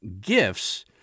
gifts—